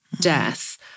death